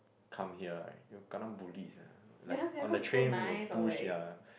come here right you will kena bullied sia like on the train will push ya